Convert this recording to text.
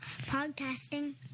podcasting